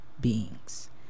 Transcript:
beings